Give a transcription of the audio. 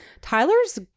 Tyler's